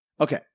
okay